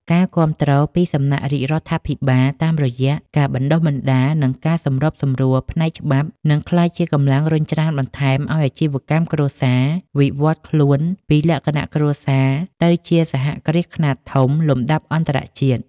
ការគាំទ្រពីសំណាក់រាជរដ្ឋាភិបាលតាមរយៈការបណ្ដុះបណ្ដាល និងការសម្របសម្រួលផ្នែកច្បាប់ នឹងក្លាយជាកម្លាំងរុញច្រានបន្ថែមឱ្យអាជីវកម្មគ្រួសារវិវត្តខ្លួនពីលក្ខណៈគ្រួសារទៅជាសហគ្រាសខ្នាតធំលំដាប់អន្តរជាតិ។